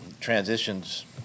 transitions